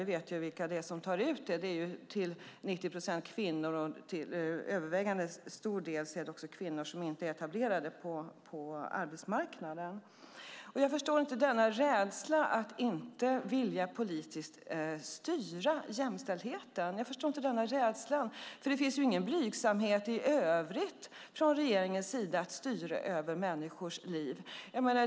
Vi vet vilka som tar ut vårdnadsbidraget, nämligen till 90 procent kvinnor - och till övervägande del kvinnor som inte är etablerade på arbetsmarknaden. Jag förstår inte denna rädsla att inte vilja politiskt styra jämställdheten. Det finns ingen blygsamhet i övrigt från regeringens sida att styra över människors liv.